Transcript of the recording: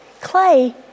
Clay